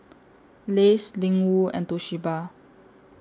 Lays Ling Wu and Toshiba